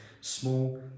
small